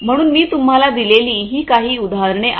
म्हणून मी तुम्हाला दिलेली ही काही उदाहरणे आहेत